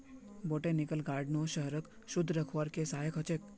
botanical गार्डनो शहरक शुद्ध रखवार के सहायक ह छेक